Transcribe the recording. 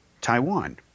Taiwan